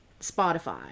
Spotify